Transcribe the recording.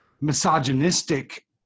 misogynistic